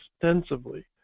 extensively